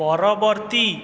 ପରବର୍ତ୍ତୀ